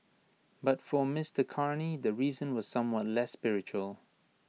but for Mister Carney the reason was somewhat less spiritual